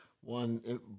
one